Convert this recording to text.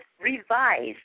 revised